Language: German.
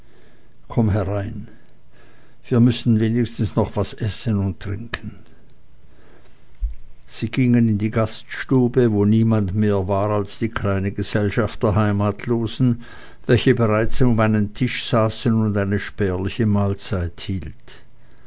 komm herein wir müssen wenigstens noch was essen und trinken sie gingen in die gaststube wo niemand mehr war als die kleine gesellschaft der heimatlosen welche bereits um einen tisch saß und eine spärliche mahlzeit hielt